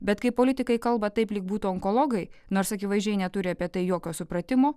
bet kai politikai kalba taip lyg būtų onkologai nors akivaizdžiai neturi apie tai jokio supratimo